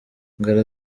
ngara